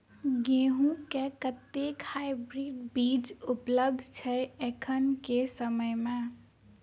गेंहूँ केँ कतेक हाइब्रिड बीज उपलब्ध छै एखन केँ समय मे?